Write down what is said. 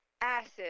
Acid